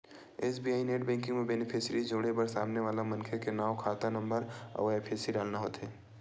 SBI net banking म beneficiary जोड़े बर सामने वाला मनखे के नांव, खाता नंबर अउ आई.एफ.एस.सी डालना होथे